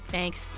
Thanks